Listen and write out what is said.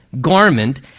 garment